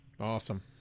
Awesome